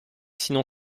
sinon